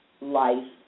life